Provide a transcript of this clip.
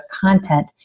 content